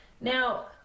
Now